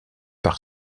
par